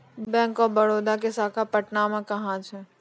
Bank of Baroda के शाखा पटना मे कहां मे छै?